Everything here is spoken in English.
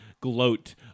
gloat